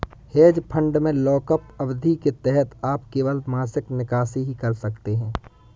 hedge fund में lockup अवधि के तहत आप केवल मासिक निकासी ही कर सकते हैं